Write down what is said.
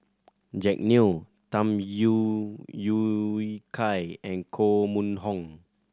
Jack Neo Tham You Yui Kai and Koh Mun Hong